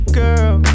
girl